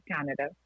Canada